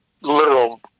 literal